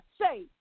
say